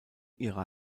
ihrer